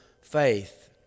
faith